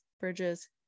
Bridges